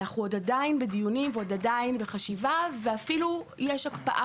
אנחנו עדיין בדיונים ועדיין בחשיבה ואפילו יש הקפאה